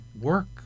work